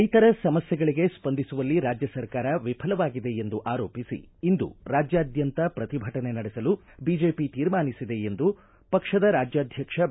ರೈತರ ಸಮಸ್ಥೆಗಳಿಗೆ ಸ್ಪಂದಿಸುವಲ್ಲಿ ರಾಜ್ಯ ಸರ್ಕಾರ ವಿಫಲವಾಗಿದೆ ಎಂದು ಆರೋಪಿಸಿ ರಾಜ್ಯಾದ್ಯಂತ ಪ್ರತಿಭಟನೆ ನಡೆಸಲು ಬಿಜೆಪಿ ತೀರ್ಮಾನಿಸಿದೆ ಎಂದು ಪಕ್ಷದ ರಾಜ್ಯಾಧ್ಯಕ್ಷ ಬಿ